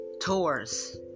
tours